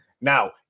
Now